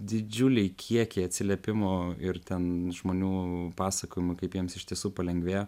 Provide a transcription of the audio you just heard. didžiuliai kiekiai atsiliepimų ir ten žmonių pasakojimų kaip jiems iš tiesų palengvėjo